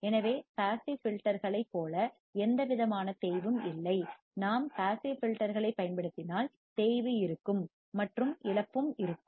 எனவே பாசிவ் ஃபில்டர்களைப் போல எந்தவிதமான தேய்வும் இல்லை நாம் பாசிவ் ஃபில்டர்களைப் பயன்படுத்தினால் தேய்வு இருக்கும் மற்றும் இழப்பும் இருக்கும்